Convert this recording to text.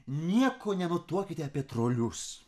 nieko nenutuokiate apie trolius